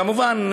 כמובן,